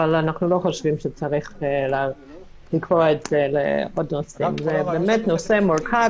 אבל אנחנו לא חושבים שצריך לקבוע את זה --- זה באמת נושא מורכב,